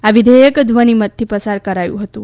આ વિધેયક ધ્વનિમતથી પસાર કરાયું હતું